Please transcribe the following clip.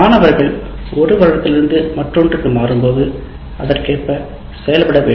மாணவர்கள் ஒரு வருடத்திலிருந்து மற்றொன்றுக்கு மாறும்போது அதற்கேற்ப செயல்பட வேண்டும்